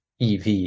ev